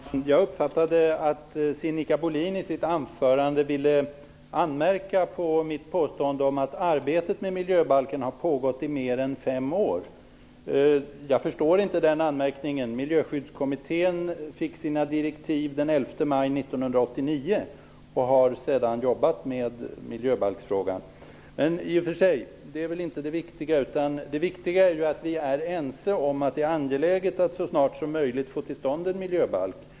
Herr talman! Jag uppfattade att Sinikka Bohlin i sitt anförande ville anmärka på mitt påstående att arbetet med miljöbalken har pågått i mer än fem år. Jag förstår inte den anmärkningen. 1989 och har sedan jobbat med miljöbalksfrågan. Men det är i och för sig inte det viktiga. Det viktiga är att vi är ense om att det är angeläget att så snart som möjligt få till stånd en miljöbalk.